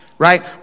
Right